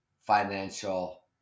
financial